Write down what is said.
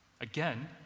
again